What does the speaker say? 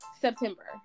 September